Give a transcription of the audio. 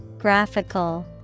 graphical